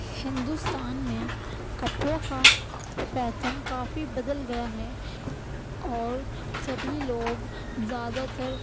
ہندوستان میں کپڑوں کا فیسن کافی بدل گیا ہے اور سبھی لوگ زیادہ تر